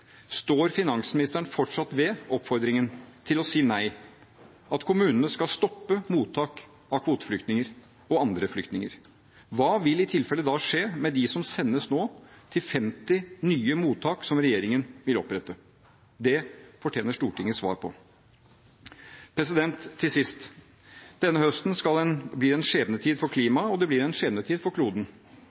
Står finansministeren fortsatt ved oppfordringen til å si nei – at kommunene skal stoppe mottak av kvoteflyktninger og andre flyktninger? Hva vil i tilfelle skje med dem som nå sendes til 50 nye mottak som regjeringen vil opprette? Det fortjener Stortinget svar på. Til sist: Denne høsten blir en skjebnetid for klimaet, og det blir en skjebnetid for kloden.